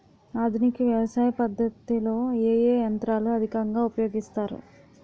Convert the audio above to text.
ఆధునిక వ్యవసయ పద్ధతిలో ఏ ఏ యంత్రాలు అధికంగా ఉపయోగిస్తారు?